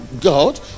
god